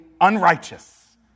unrighteous